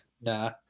Nah